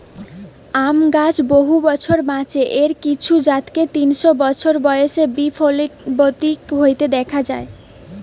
আম গাছ বহু বছর বাঁচে, এর কিছু জাতকে তিনশ বছর বয়সে বি ফলবতী হইতে দিখা যায়